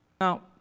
Now